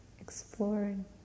exploring